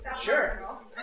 Sure